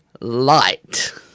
Light